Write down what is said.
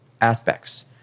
aspects